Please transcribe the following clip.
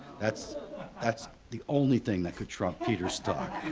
that's that's the only thing that could trump peter's talk.